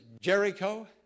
Jericho